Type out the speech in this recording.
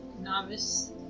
novice